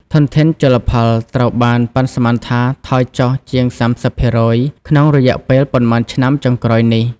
ធនធានជលផលត្រូវបានប៉ាន់ស្មានថា ថយចុះ ជាង ៣០% ក្នុងរយៈពេលប៉ុន្មានឆ្នាំចុងក្រោយនេះ។